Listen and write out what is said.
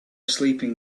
sleeping